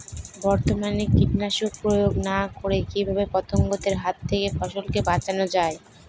বর্তমানে কীটনাশক প্রয়োগ না করে কিভাবে পতঙ্গদের হাত থেকে ফসলকে বাঁচানো যায়?